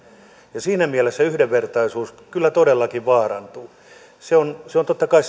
ja siinä mielessä yhdenvertaisuus kyllä todellakin vaarantuu se on se on totta kai